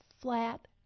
flat